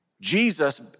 Jesus